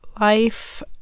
life